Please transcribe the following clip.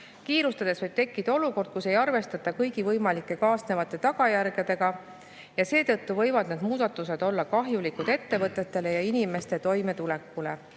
Kiirustades võib tekkida olukord, kus ei arvestata kõigi võimalike kaasnevate tagajärgedega, seetõttu võivad need muudatused olla kahjulikud ettevõtetele ja inimeste toimetulekule.